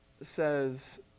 says